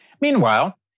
Meanwhile